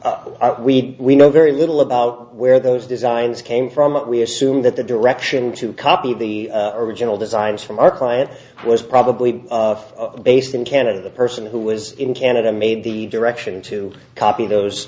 design we know very little about where those designs came from what we assume that the direction to copy the original designs from our client was probably of based in canada the person who was in canada made the direction to copy those